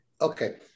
Okay